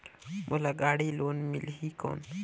मोला गाड़ी लोन मिलही कौन?